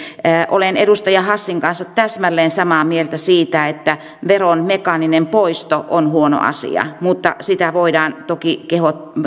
olen edustaja hassin kanssa täsmälleen samaa mieltä siitä että veron mekaaninen poisto on huono asia mutta sitä voidaan toki kehittää